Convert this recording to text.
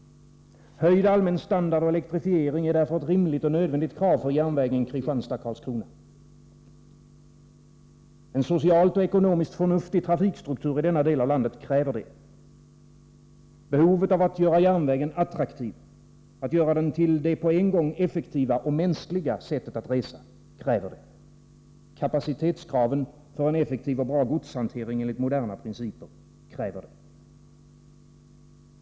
Höjd allmän standard och elektrifiering är därför ett rimligt och nödvändigt krav för järnvägen Kristianstad-Karlskrona. En socialt och ekonomiskt förnuftig trafikstruktur i denna del av landet kräver det. Behovet av att göra järnvägen attraktiv, att göra den till det på en gång effektiva och mänskliga sättet att resa, kräver det. Kapacitetskraven för en effektiv och bra godshantering enligt moderna principer kräver det.